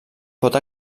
pot